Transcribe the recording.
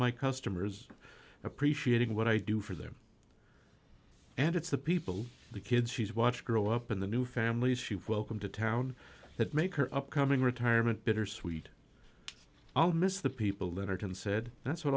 my customers appreciating what i do for them and it's the people the kids she's watched grow up in the new families she welcome to town that make her upcoming retirement bittersweet i'll miss the people that are tim said that's what